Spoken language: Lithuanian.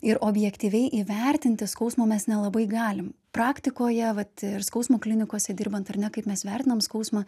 ir objektyviai įvertinti skausmo mes nelabai galim praktikoje vat ir skausmo klinikose dirbant ar ne kaip mes vertinam skausmą